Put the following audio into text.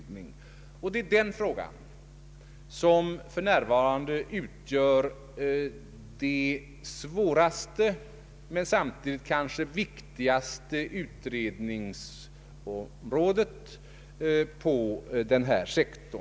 Det är den frågan som för närvarande utgör det svåraste men samtidigt kanske det viktigaste utredningsområdet inom denna sektor.